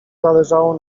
zależało